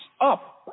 up